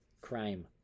Crime